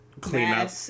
cleanup